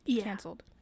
canceled